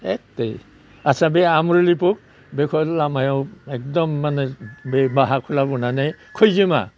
एत्थेरि आदसा बे आमुलि फुख बेखौ लामायाव एखदम माने बे बाहाखौ लाबोनानै खैजोमा